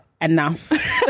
enough